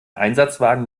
einsatzwagen